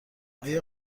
آیا